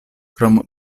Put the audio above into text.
krom